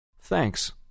Thanks